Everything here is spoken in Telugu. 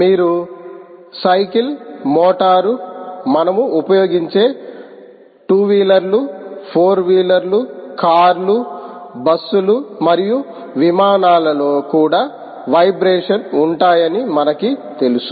మీరు సైకిల్ మోటారు మనము ఉపయోగించే 2 వీలర్లు 4 వీలర్లు కార్లు బస్సులు మరియు విమానాలలో కూడా వైబ్రేషన్ ఉంటాయని మనకి తెలుసు